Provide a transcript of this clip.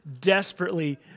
desperately